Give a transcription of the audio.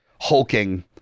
hulking